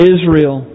Israel